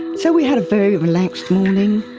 and so we had a very relaxed morning.